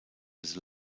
his